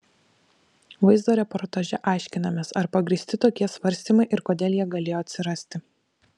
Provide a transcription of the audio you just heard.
vaizdo reportaže aiškinamės ar pagrįsti tokie svarstymai ir kodėl jie galėjo atsirasti